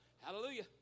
Hallelujah